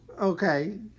Okay